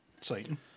Satan